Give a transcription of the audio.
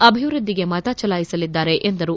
ಅಭಿವೃದ್ದಿಗೆ ಮತ ಚಲಾಯಿಸಲಿದ್ದಾರೆ ಎಂದರು